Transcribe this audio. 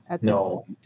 No